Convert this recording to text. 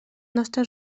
nostre